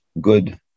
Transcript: good